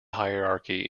hierarchy